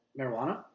Marijuana